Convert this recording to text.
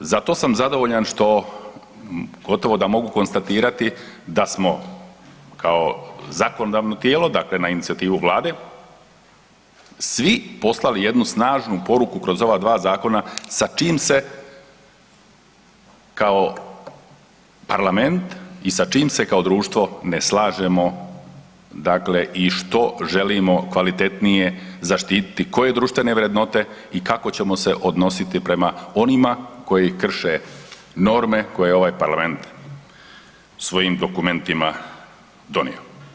Zato sam zadovoljan što gotovo da mogu konstatirati da smo kao zakonodavno tijelo, dakle na inicijativu Vlade svi poslali jednu snažnu poruku kroz ova dva zakona sa čim se kao parlament i sa čim se kao društvo ne slažemo dakle i što želimo kvalitetnije zaštiti koje društvene vrednote i kako ćemo se odnositi prema onima koji krše norme koje je ova parlament svojim dokumentima donio.